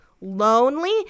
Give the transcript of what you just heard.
lonely